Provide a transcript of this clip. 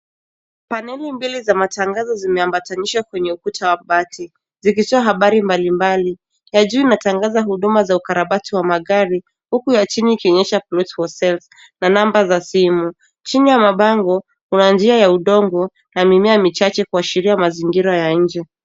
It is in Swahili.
Paneli mbili za matangazo zimeambatanishwa kwenye ukuta wa bati zikitoa habari mbali mbali. Ya juu inatangaza huduma za ukarabati wa magari huku ya chini ikionyesha [cs ] plots for sale [cs ] na namba za simu. Chini ya mabango kuna njia ya udongo na mimea michache kuashiria mazingira ya nje.